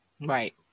Right